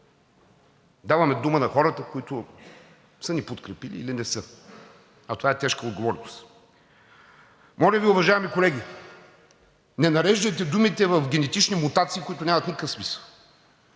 даваме дума на хората, които са ни подкрепили или не са, а това е тежка отговорност. Моля Ви, уважаеми колеги, не нареждайте думите в генетични мутации, които нямат никакъв смисъл.